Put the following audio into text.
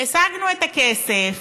השגנו את הכסף,